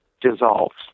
dissolves